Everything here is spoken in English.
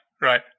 right